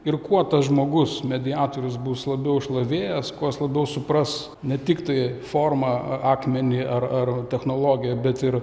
ir kuo tas žmogus mediatorius bus labiau išlavėjęs kuo jis labiau supras ne tiktai formą a akmenį ar ar technologiją bet ir